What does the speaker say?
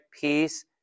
peace